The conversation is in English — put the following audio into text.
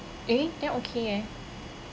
eh then okay eh